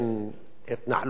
התנחלות חוקית ולא חוקית.